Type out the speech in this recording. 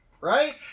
Right